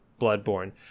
Bloodborne